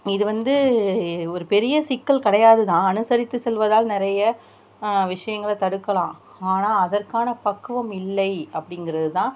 இது வந்து ஒரு பெரிய சிக்கல் கிடையாதுதான் அனுசரித்து செல்வதால் நிறைய விஷயங்களை தடுக்கலாம் ஆனால் அதற்கான பக்குவம் இல்லை அப்படிங்கிறதுதான்